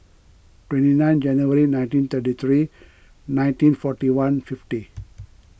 twenty nine January nineteen thirty three nineteen forty one fifty